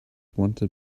wanted